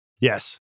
Yes